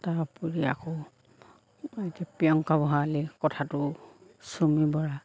তাৰোপৰি আকৌ এতিয়া প্ৰিয়ংকা ভৰালীৰ কথাটো চুমী বৰা